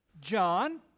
John